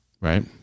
Right